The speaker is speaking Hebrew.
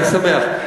אני שמח.